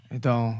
Então